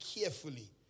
carefully